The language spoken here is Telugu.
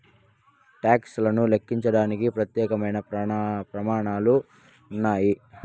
టాక్స్ లను లెక్కించడానికి ప్రత్యేకమైన ప్రమాణాలు ఉన్నాయి